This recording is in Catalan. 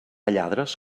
lladres